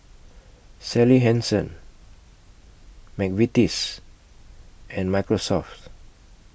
Sally Hansen Mcvitie's and Microsoft